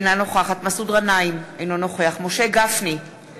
אינה נוכחת מסעוד גנאים, אינו נוכח משה גפני,